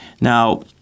Now